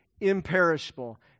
imperishable